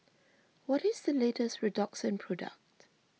what is the latest Redoxon product